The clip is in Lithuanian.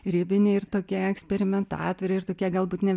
ribiniai ir tokie eksperimentatoriai ir tokie galbūt ne